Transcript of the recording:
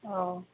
অঁ